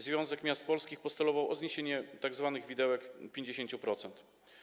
Związek Miast Polskich postulował zniesienie tzw. widełek 50%.